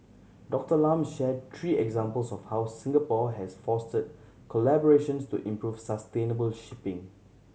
Doctor Lam shared three examples of how Singapore has fostered collaborations to improve sustainable shipping